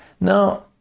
Now